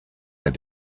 had